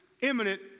imminent